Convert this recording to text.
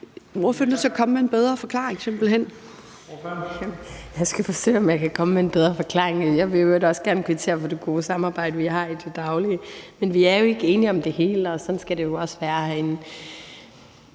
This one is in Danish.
11:30 Lea Wermelin (S): Jamen jeg skal forsøge at komme med en bedre forklaring. Jeg vil i øvrigt også gerne kvittere for det gode samarbejde, vi har i det daglige. Men vi er jo ikke enige om det hele, og sådan skal det også være herinde.